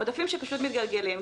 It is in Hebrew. עודפים שפשוט מתגלגלים.